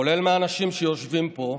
כולל מהאנשים שיושבים פה,